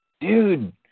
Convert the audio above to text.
Dude